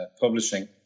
publishing